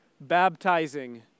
baptizing